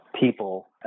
people